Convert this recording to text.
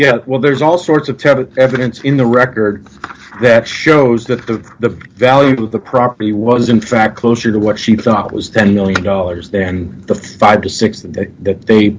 yeah well there's all sorts of terrible evidence in the record that shows that the the value of the property was in fact closer to what she thought was ten million dollars then the five dollars to six dollars that they